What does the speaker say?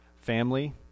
family